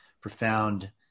profound